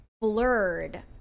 blurred